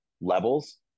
levels